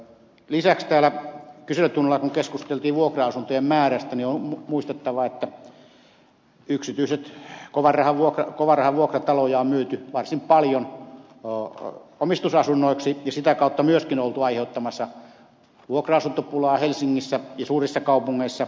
lisäksi täällä kyselytunnilla kun keskusteltiin vuokra asuntojen määrästä niin on muistettava että yksityisiä kovan rahan vuokrataloja on myyty varsin paljon omistusasunnoiksi ja sitä kautta myöskin oltu aiheuttamassa vuokra asuntopulaa helsingissä ja suurissa kaupungeissa